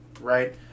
Right